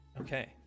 Okay